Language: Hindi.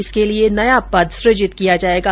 इसके लिये नया पद सूजित किया जायेगा